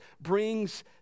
brings